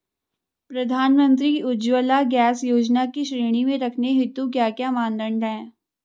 प्रधानमंत्री उज्जवला गैस योजना की श्रेणी में रखने हेतु क्या क्या मानदंड है?